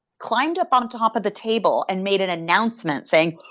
climbed up on top of the table and made an announcement saying,